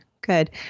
Good